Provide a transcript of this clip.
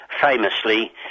famously